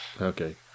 Okay